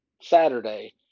Saturday